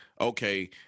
okay